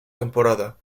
temporada